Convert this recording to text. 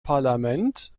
parlament